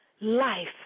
life